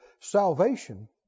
Salvation